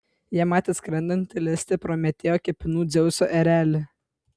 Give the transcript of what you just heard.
jie matė skrendantį lesti prometėjo kepenų dzeuso erelį